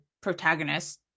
protagonists